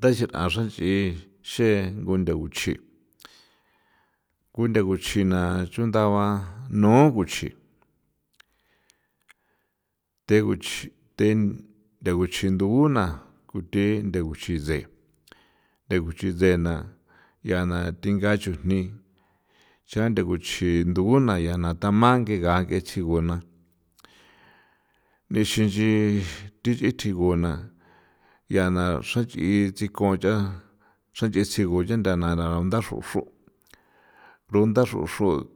Taxi a xranch'i xengo ndaguchi' kuntha guchina chuntha ba nu guchi the guchi the ntha guchi ndu u na kuthi ntha guchisen ntha guchisen na ya na thinga chujni nchan ntha guchi nduna ya ntha ya na thama nga ke tsiguna nixin nchi thi nch'i thiguna ya na xranch'i tsikon ch'a xranch'i sigu ncha ndana xronxron runda xronxron